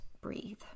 breathe